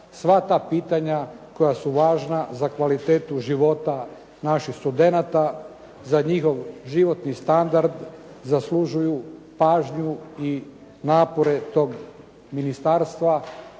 sva ta pitanja koja su važna za kvalitetu života naših studenata, za njihov životni standard zaslužuju pažnju i napore tog ministarstva